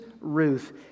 Ruth